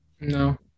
no